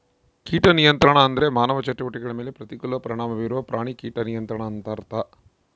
ಕೀಟ ನಿಯಂತ್ರಣ ಅಂದ್ರೆ ಮಾನವ ಚಟುವಟಿಕೆಗಳ ಮೇಲೆ ಪ್ರತಿಕೂಲ ಪರಿಣಾಮ ಬೀರುವ ಪ್ರಾಣಿ ಕೀಟ ನಿಯಂತ್ರಣ ಅಂತರ್ಥ